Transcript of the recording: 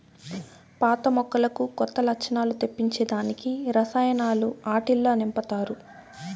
పాత మొక్కలకు కొత్త లచ్చణాలు తెప్పించే దానికి రసాయనాలు ఆట్టిల్ల నింపతారు